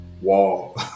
wall